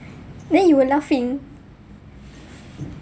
then you were laughing